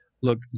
Look